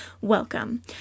welcome